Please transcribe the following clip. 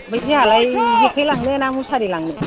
ओमफ्राय जोंहालाय जेखाय लांनो ना मुसारि लांनो